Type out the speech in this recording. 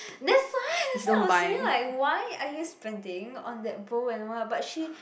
that's why that's why I was saying like why are you spending on that bow and what but she